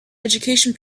education